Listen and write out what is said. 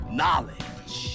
knowledge